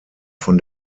von